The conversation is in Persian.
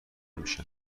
میشن